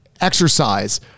exercise